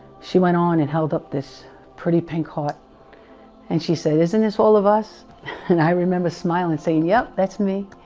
she went on and held up this pretty pink heart and she said isn't this all of us and i remember smiling saying yep that's me?